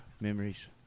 memories